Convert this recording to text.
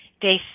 Day